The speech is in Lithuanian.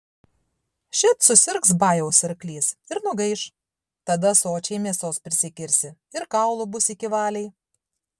šit susirgs bajaus arklys ir nugaiš tada sočiai mėsos prisikirsi ir kaulų bus iki valiai